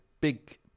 big